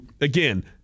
again